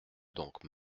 donc